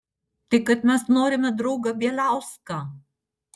tai kad mes norime draugą bieliauską